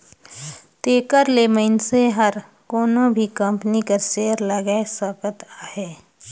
तेकर ले मइनसे हर कोनो भी कंपनी कर सेयर लगाए सकत अहे